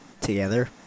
together